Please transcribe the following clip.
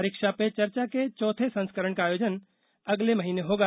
परीक्षा पे चर्चा के चौथे संस्करण का आयोजन अगले महीने होगा